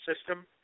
system